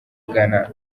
ghana